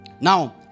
Now